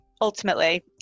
Ultimately